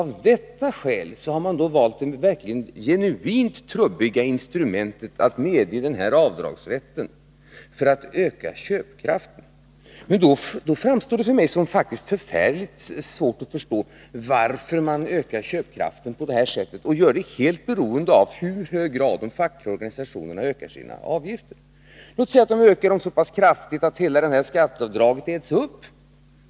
Av detta skäl har ni då valt det genuint trubbiga instrumentet — att medge denna avdragsrätt för att öka köpkraften. Då framstår det faktiskt för mig som förfärligt svårt att förstå varför ni ökar köpkraften på detta sätt och gör det helt beroende av i vilken utsträckning de fackliga organisationerna ökar sina avgifter. Låt oss säga att de ökar avgifterna så kraftigt att hela skatteavdraget äts upp.